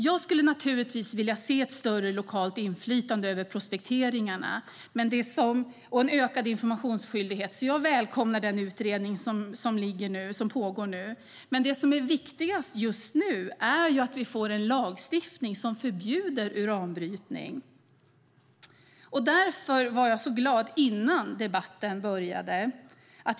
Jag skulle naturligtvis vilja se ett större lokalt inflytande över prospekteringarna och en ökad informationsskyldighet, så jag välkomnar den utredning som nu pågår. Men det som är viktigast just nu är att vi får en lagstiftning som förbjuder uranbrytning. Därför var jag så glad innan debatten började.